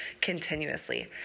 continuously